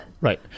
right